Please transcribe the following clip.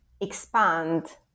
expand